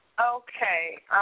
Okay